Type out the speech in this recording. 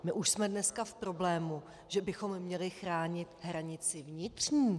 My už jsme dneska v problému, že bychom měli chránit hranici vnitřní.